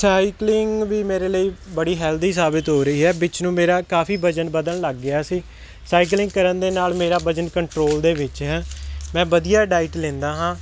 cycling ਵੀ ਮੇਰੇ ਲਈ ਬੜੀ ਹੈਲਦੀ ਸਾਬਿਤ ਹੋ ਰਹੀ ਹੈ ਵਿੱਚ ਨੂੰ ਮੇਰਾ ਕਾਫ਼ੀ ਵਜ਼ਨ ਬਦਲਣ ਲੱਗ ਗਿਆ ਸੀ ਸਾਈਕਲਿੰਗ ਕਰਨ ਦੇ ਨਾਲ ਮੇਰਾ ਵਜ਼ਨ ਕੰਟਰੋਲ ਦੇ ਵਿੱਚ ਹੈ ਮੈਂ ਵਧੀਆ ਡਾਇਟ ਲੈਂਦਾ ਹਾਂ